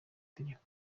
tegeko